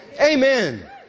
amen